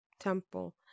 Temple